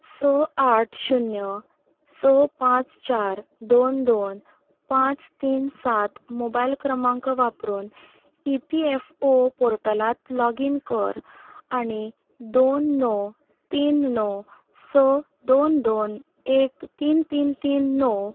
स आठ शुन्य स पांच चार दोन दोन पांच तीन सात मोबायल क्रमांक वापरून इपीएफओ पोर्टलांत लॉगीन कर आनी दोन णव तीन णव स दोन दोन एक तीन तीन तीन णव